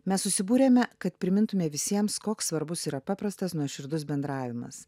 mes susibūrėme kad primintume visiems koks svarbus yra paprastas nuoširdus bendravimas